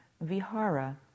Vihara